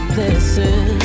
listen